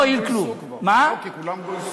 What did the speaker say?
כי כולם גויסו כבר.